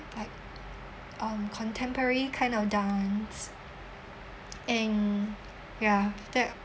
like um contemporary kind of dance and ya that